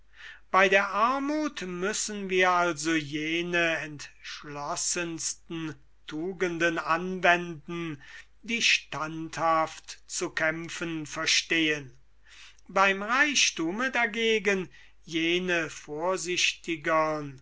bei der armuth müssen wir also jene entschlossensten anwenden die standhaft zu kämpfen verstehen beim reichthume jene vorsichtigern